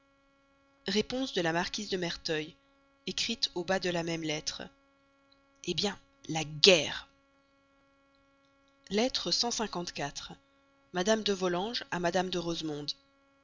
réponse de la marquise de merteuil écrite au bas de la même lettre hé bien la guerre madame de volanges à madame de rosemonde